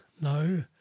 no